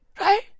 right